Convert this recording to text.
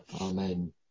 Amen